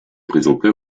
présenta